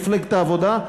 מפלגת העבודה,